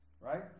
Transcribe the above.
Right